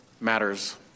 matters